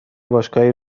باشگاه